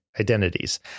identities